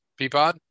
Peapod